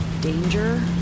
danger